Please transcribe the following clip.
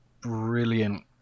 brilliant